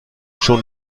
schon